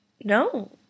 no